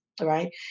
right